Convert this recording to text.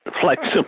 flexible